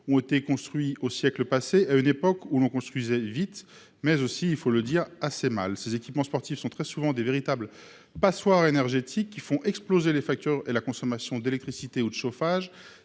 ont été construits au siècle passé, à une époque où l'on bâtissait vite, mais aussi- il faut le dire -assez mal. Ces équipements sportifs sont très souvent de véritables passoires énergétiques, qui font exploser la consommation d'électricité et de chauffage,